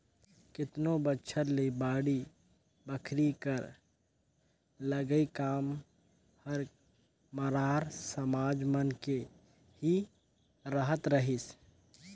केतनो बछर ले बाड़ी बखरी कर लगई काम हर मरार समाज मन के ही रहत रहिस